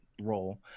role